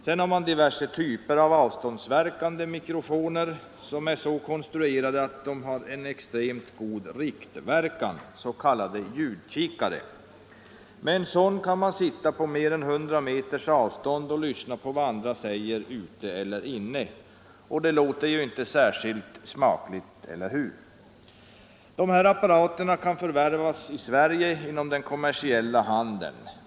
Vidare finns diverse typer av avståndsverkande mikrofoner som är så konstruerade att de har extremt god riktverkan, s.k. ljudkikare. Med en sådan kan man sitta på mer än 100 m avstånd och lyssna på vad andra säger ute eller inne. Och det låter ju inte särskilt smakligt, eller hur? De här apparaterna kan förvärvas i Sverige inom den kommersiella handeln.